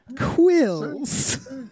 Quills